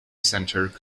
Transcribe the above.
centre